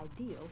ideal